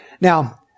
Now